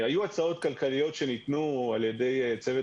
היו הצעות כלכליות שניתנו על ידי צוות